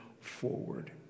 forward